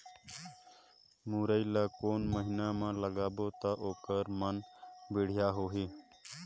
मुरई ला कोन महीना मा लगाबो ता ओहार मान बेडिया होही?